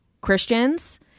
Christians